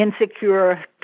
insecure